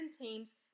teams